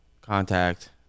contact